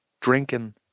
drinking